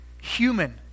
human